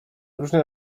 różne